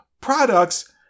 products